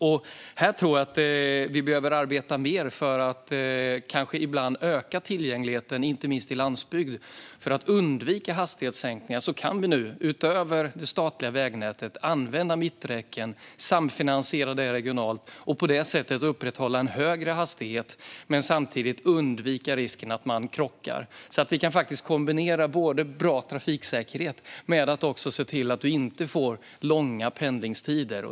Jag tror att vi ibland behöver arbeta mer för att öka tillgängligheten, inte minst i landsbygd. För att undvika hastighetssänkningar kan vi, utöver det statliga vägnätet, använda mitträcken och samfinansiera det regionalt. På det sättet upprätthåller vi en högre hastighet och undviker samtidigt risken för att man krockar. Vi kan kombinera bra trafiksäkerhet med att se till att man inte får långa pendlingstider.